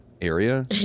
area